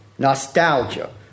Nostalgia